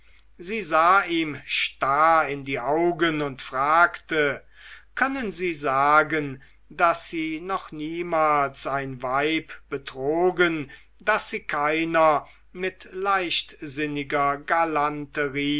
sie sah ihm starr in die augen und fragte können sie sagen daß sie noch niemals ein weib betrogen daß sie keiner mit leichtsinniger galanterie